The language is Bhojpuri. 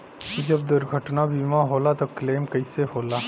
जब दुर्घटना बीमा होला त क्लेम कईसे होला?